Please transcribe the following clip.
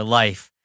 life